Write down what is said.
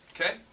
Okay